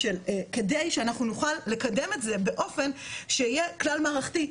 כדי שאנחנו נוכל לקדם את זה באופן שיהיה כלל מערכתי.